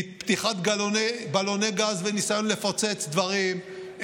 פתיחת בלוני גז וניסיון לפוצץ דברים,